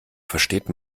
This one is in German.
versteht